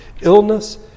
illness